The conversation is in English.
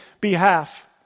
behalf